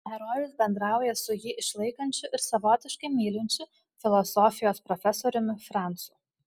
herojus bendrauja su jį išlaikančiu ir savotiškai mylinčiu filosofijos profesoriumi franzu